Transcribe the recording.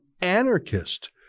anarchist